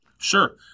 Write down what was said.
Sure